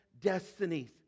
destinies